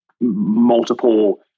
multiple